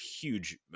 huge